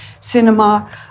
cinema